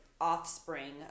offspring